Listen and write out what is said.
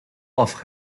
off